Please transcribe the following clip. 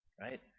right